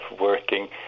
working